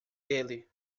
dele